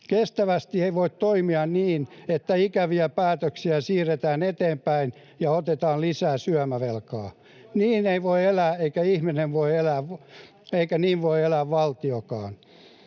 Kestävästi ei voi toimia niin, että ikäviä päätöksiä siirretään eteenpäin ja otetaan lisää syömävelkaa. [Antti Lindtmanin välihuuto] Niin ei voi ihminen elää, eikä niin voi elää valtiokaan.